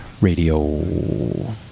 Radio